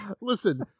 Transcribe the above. listen